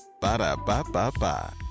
Ba-da-ba-ba-ba